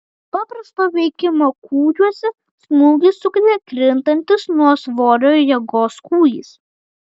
paprasto veikimo kūjuose smūgį sukelia krintantis nuo svorio jėgos kūjis